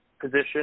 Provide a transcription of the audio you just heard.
position